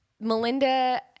melinda